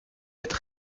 êtes